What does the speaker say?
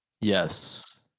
Yes